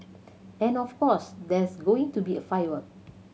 and of course there's going to be a firework